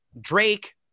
drake